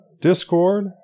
Discord